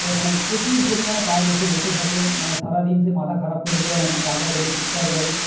এ মানে প্রচুর পরিমাণে কাক এসে বসে থাকে মানে সারাদিন সে মাথা খারাপ করে দেওয়ার মতন কা কা করে চিৎকার করে